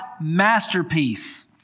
masterpiece